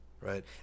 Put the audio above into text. right